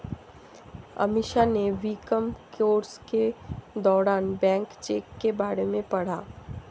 अमीषा ने BCom course के दौरान बैंक चेक के बारे में पढ़ा